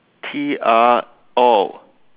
T_R oh